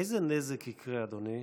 איזה נזק יקרה, אדוני,